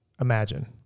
imagine